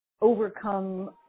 overcome